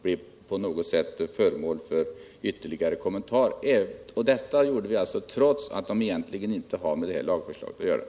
Jag tror att nästan samtliga vpk:s yrkanden på något sätt blev föremål för kommentarer.